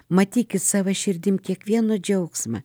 matykit sava širdim kiekvieno džiaugsmą